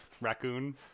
Raccoon